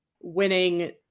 winning